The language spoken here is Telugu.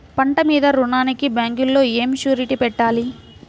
పంట మీద రుణానికి బ్యాంకులో ఏమి షూరిటీ పెట్టాలి?